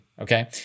Okay